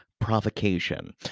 provocation